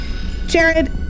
Jared